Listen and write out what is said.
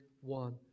one